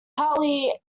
partly